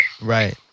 Right